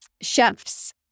chefs